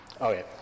Okay